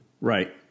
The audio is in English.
Right